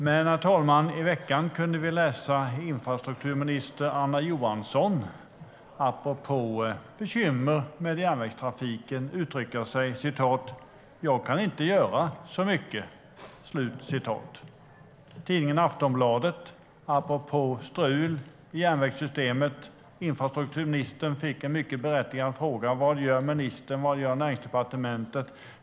Herr talman! I veckan kunde vi dock läsa vad infrastrukturminister Anna Johansson uttryckte: Jag kan inte göra så mycket. I tidningen Aftonbladet fick infrastrukturministern en mycket berättigad fråga apropå strul i järnvägssystemet: Vad gör ministern? Vad gör Näringsdepartementet?